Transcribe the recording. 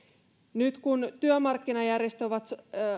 nyt kun työmarkkinajärjestöt ovat